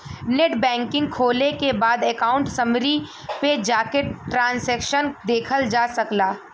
net banking खोले के बाद अकाउंट समरी पे जाके ट्रांसैक्शन देखल जा सकला